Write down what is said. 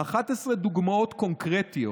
11 דוגמאות קונקרטיות